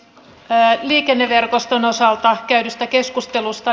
liikenneverkoston osalta käydystä keskustelusta